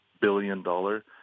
billion-dollar